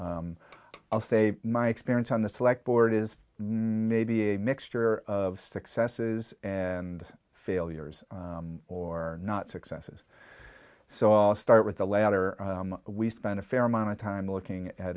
us i'll say my experience on the select board is maybe a mixture of successes and failures or not successes so i'll start with the latter we spent a fair amount of time looking at